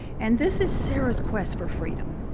and this is sarah's quest for freedom.